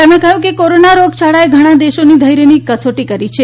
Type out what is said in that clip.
તેમણે કહ્યું કે કોરોના રોગચાળાએ ઘણા દેશોની ઘૈર્યની કસોટી કરી છે